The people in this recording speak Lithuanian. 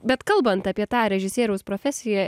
bet kalbant apie tą režisieriaus profesiją